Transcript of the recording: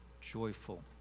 joyful